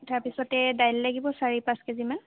তাৰপিছতে দাইল লাগিব চাৰি পাঁচ কেজিমান